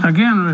Again